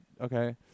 Okay